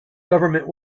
government